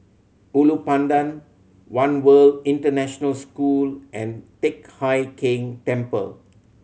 Ulu Pandan One World International School and Teck Hai Keng Temple